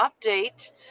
update